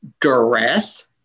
duress